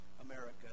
America